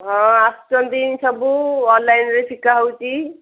ହଁ ଆସୁଛନ୍ତି ସବୁ ଅନ୍ଲାଇନ୍ରେ ଶିଖା ହେଉଛି